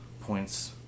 points